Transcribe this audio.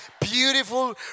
beautiful